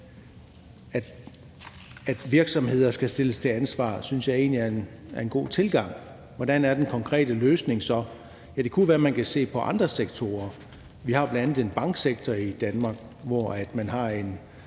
at virksomheder skal stilles til ansvar, synes jeg egentlig er en god tilgang. Hvordan er den konkrete løsning så? Ja, det kunne være, at man kan se på andre sektorer. Vi har jo bl.a. en banksektor i Danmark, hvor man har en